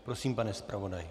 Prosím, pane zpravodaji.